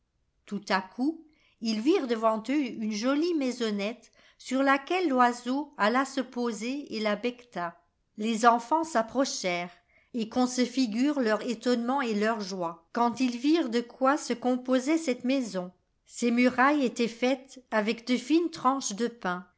tout à coup ils virent devant eux une jolie maisonnette sur laquelle l'oiseau alla se poser et la becqueta les enfants s'approchèrent et qu'on se ligure leur étonnement et leur joie quand ils virent de quoi se composait cette maison ses murailles étaient faites avec de unes tranches de pain